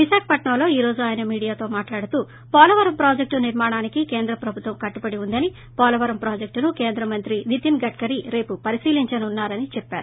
విశాఖపట్సం లో ఈ రోజు ఆయన మీడియాతో మాట్హడుతూ పోలవరం ప్రాజెక్షు నిర్మాణానికి కేంద్ర ప్రభుత్వం కట్టుబడి ఉందని పోలవరం ప్రాజెక్టును కేంద్రమంత్రి నితిన్ గడ్కరీ రేపు పరిశీలించనున్నా రని చెప్పారు